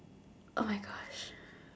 oh my gosh